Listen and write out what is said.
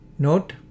Note